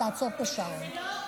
תעצור את השעון.